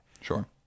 Sure